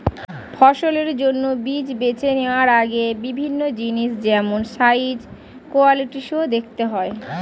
ফসলের জন্য বীজ বেছে নেওয়ার আগে বিভিন্ন জিনিস যেমন সাইজ, কোয়ালিটি সো দেখতে হয়